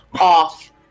off